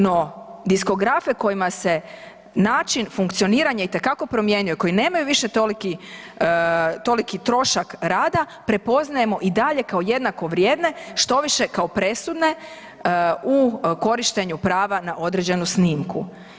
No, diskografe kojima se način funkcioniranja itekako promijenio, koji nemaju više toliki trošak rada, prepoznajemo i dalje kao jednako vrijedne, štoviše kao presudne u korištenju prava na određenu snimku.